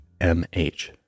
mh